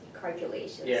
calculations